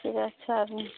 ঠিক আছে আর